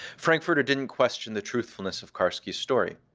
frankfurter didn't question the truthfulness of karski's story.